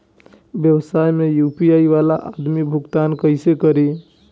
व्यवसाय में यू.पी.आई वाला आदमी भुगतान कइसे करीं?